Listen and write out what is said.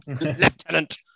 Lieutenant